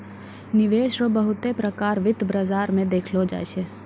निवेश रो बहुते प्रकार वित्त बाजार मे देखलो जाय छै